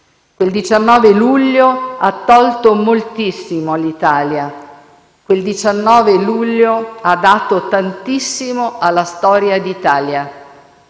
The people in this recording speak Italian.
Quel 19 luglio ha tolto moltissimo all'Italia. Quel 19 luglio ha dato tantissimo alla storia d'Italia: